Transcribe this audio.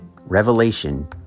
Revelation